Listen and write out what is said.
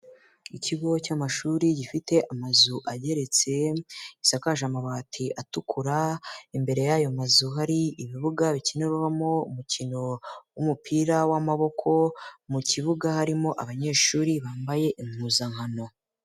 Ikigo cy'amashuri gifite amazu ageretse, gisakaje amabati atukura, imbere y'ayo mazu hari ibibuga bikinirwamo umukino w'umupira w'amaboko, mu kibuga harimo abanyeshuri bambaye impuzankano.